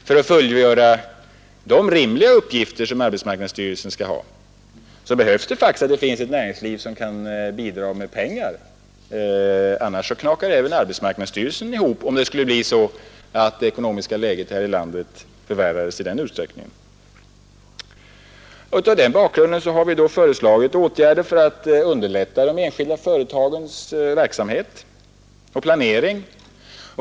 För att fullgöra de rimliga uppgifter som arbetsmarknadsstyrelsen skall ha behövs det faktiskt ett näringsliv som kan bidra med pengar. Annars knakar även arbetsmarknadsstyrelsen ihop. Mot den bakgrunden har vi föreslagit åtgärder för att underlätta de enskilda företagens verksamhet och planering.